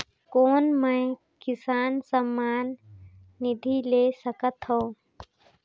कौन मै किसान सम्मान निधि ले सकथौं?